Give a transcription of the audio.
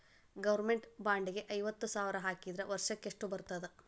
Government bond ಗೆ ಐವತ್ತ ಸಾವ್ರ್ ಹಾಕಿದ್ರ ವರ್ಷಕ್ಕೆಷ್ಟ್ ಬರ್ತದ?